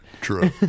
True